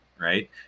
right